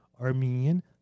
Armenian